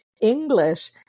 English